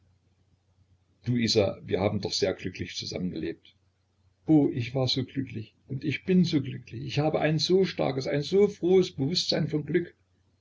du isa wir haben doch sehr glücklich zusammen gelebt oh ich war so glücklich und ich bin so glücklich ich habe ein so starkes ein so frohes bewußtsein von glück